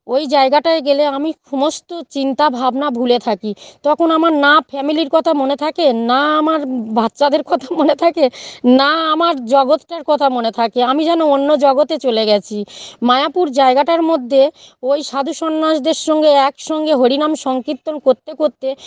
ঐ জায়গাটায় গেলে আমি সমস্ত চিন্তাভাবনা ভুলে থাকি তখন আমার না ফ্যামিলির কথা মনে থাকে না আমার বাচ্চাদের কথা মনে থাকে না আমার জগৎটার কথা মনে থাকে আমি যেন অন্য জগতে চলে গিয়েছি মায়াপুর জায়গাটার মধ্যে ঐ সাধু সন্ন্যাসদের সঙ্গে একসঙ্গে হরিনাম সংকীর্তন করতে করতে